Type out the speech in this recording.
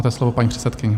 Máte slovo, paní předsedkyně.